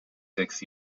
six